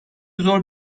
zor